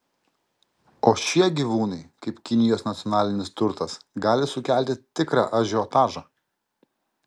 o šie gyvūnai kaip kinijos nacionalinis turtas gali sukelti tikrą ažiotažą